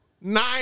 Nine